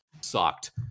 sucked